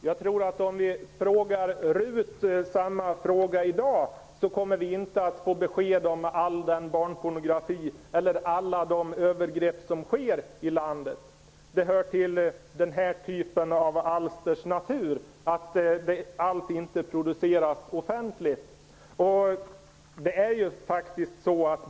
Herr talman! Om vi ställer samma fråga till Riksdagens utredningstjänst i dag kommer vi inte att få besked om all den barnpornografi som finns eller alla de övergrepp som sker i landet. Det hör till dessa alsters natur att allt inte produceras offentligt.